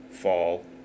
fall